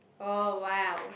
oh wow